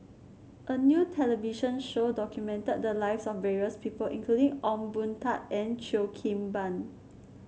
a new television show documented the lives of various people including Ong Boon Tat and Cheo Kim Ban